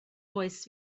oes